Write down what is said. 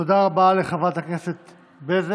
תודה רבה לחברת הכנסת בזק.